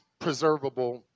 preservable